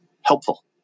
helpful